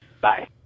Bye